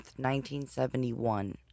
1971